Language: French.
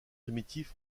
primitif